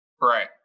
Right